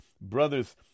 brothers